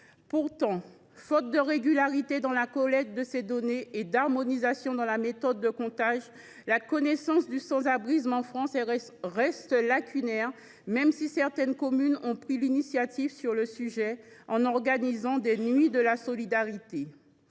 Pourtant, faute de régularité dans la collecte des données et d’harmonisation dans la méthode de décompte, la connaissance du sans abrisme en France reste lacunaire, même si certaines communes ont pris des initiatives en organisant des nuits de la solidarité.